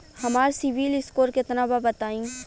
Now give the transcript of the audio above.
हमार CIBIL score केतना बा बताईं?